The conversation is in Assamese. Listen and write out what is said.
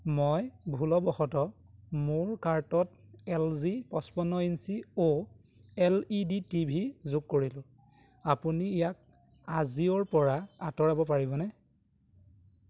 মই ভুলবশতঃ মোৰ কাৰ্টত এল জি পঁচপন্ন inch O L E D T V যোগ কৰিলোঁ আপুনি ইয়াক আজিঅ'ৰপৰা আঁতৰাব পাৰিবনে